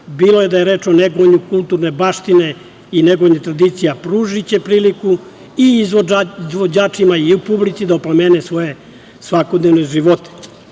bilo da je reč o negovanju kulturne baštine i negovanje tradicija, pružiće priliku i izvođačima i publici da oplemene svoje svakodnevne